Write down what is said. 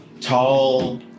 tall